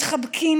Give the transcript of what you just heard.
מתחבקים,